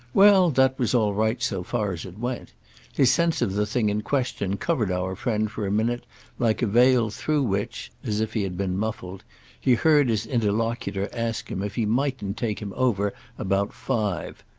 well, that was all right so far as it went his sense of the thing in question covered our friend for a minute like a veil through which as if he had been muffled he heard his interlocutor ask him if he mightn't take him over about five.